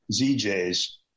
ZJ's